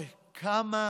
אוי, כמה